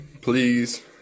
please